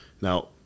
Now